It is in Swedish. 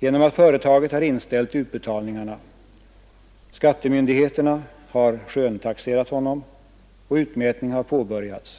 genom att företaget har inställt utbetalningarna. Skattemyndigheterna har skönstaxerat honom, och utmätning har påbörjats.